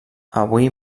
avui